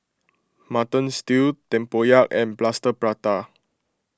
Mutton Stew Tempoyak and Plaster Prata